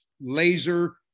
laser